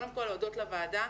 קודם כל להודות לוועדה,